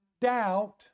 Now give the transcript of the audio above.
doubt